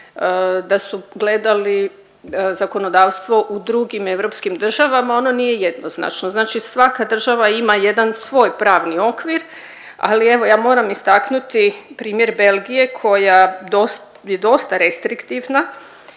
da su gledali zakonodavstvo u drugim europskim državama. Ono nije jednoznačno. Znači svaka država ima jedan svoj pravni okvir ali evo ja moram istaknuti primjer Belgije koja je dosta restriktivna